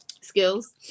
skills